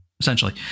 Essentially